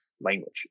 language